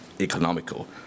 economical